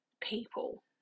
people